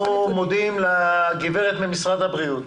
אנחנו מודים לגברת ממשרד הבריאות